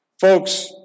Folks